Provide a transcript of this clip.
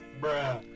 Bruh